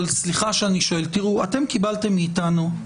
תיראו, אתם קיבלתם מאיתנו,